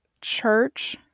church